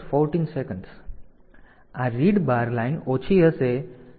આ read bar line ઓછી હશે